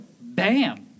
Bam